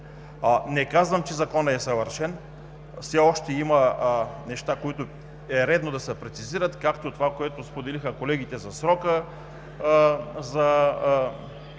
Не казвам, че Законът е съвършен, все още има неща, които е редно да се прецизират, както това, което споделиха колегите за срока, за